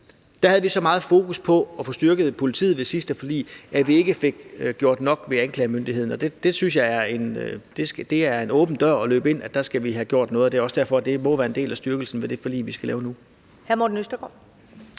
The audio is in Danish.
Der havde vi så meget fokus på at få styrket politiet ved sidste forlig, at vi ikke fik gjort nok ved anklagemyndigheden. Det synes jeg er en åben dør at løbe ind; der skal vi have gjort noget. Det er også derfor, at det må være en del af styrkelsen ved det forlig, vi skal lave nu.